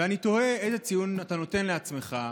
ואני תוהה איזה ציון אתה נותן לעצמך,